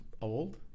old